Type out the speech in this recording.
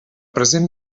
present